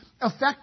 affect